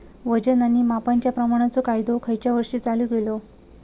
वजन आणि मापांच्या प्रमाणाचो कायदो खयच्या वर्षी चालू केलो?